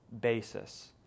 basis